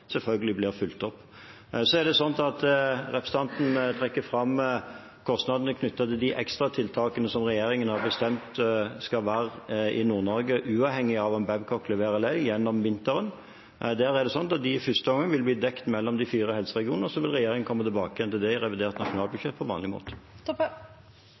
selvfølgelig blir fulgt opp. Representanten trekker fram kostnadene knyttet til de ekstratiltakene regjeringen har bestemt skal være i Nord-Norge gjennom vinteren, uavhengig av om Babcock leverer eller ei. Der er det slik at disse i første omgang vil bli dekket av de fire helseregionene, og så vil regjeringen komme tilbake igjen til det i revidert nasjonalbudsjett på vanlig måte. Kjersti Toppe